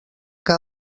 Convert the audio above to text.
que